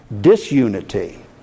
disunity